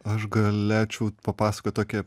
aš galėčiau papasakot tokį